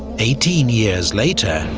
eighteen years later,